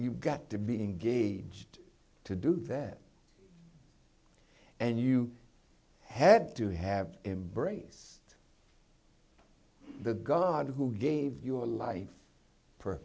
you've got to be engaged to do that and you had to have embrace the god who gave your life